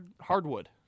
Hardwood